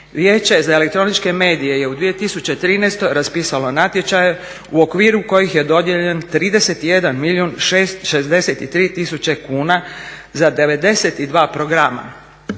Vijeće za elektroničke medije je u 2013. raspisalo natječaje u okviru kojih je dodijeljen 31 milijun 63 tisuće kuna za 92 programa.